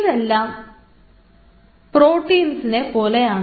ഇതെല്ലാം പ്രോട്ടീൻസിനെ പോലെയാണ്